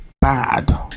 bad